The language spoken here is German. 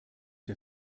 der